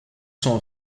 sans